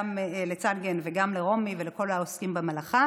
גם לצנגן וגם לרומי ולכל העוסקים במלאכה.